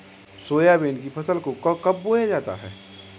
Soybean की फसल को कब बोया जाता है?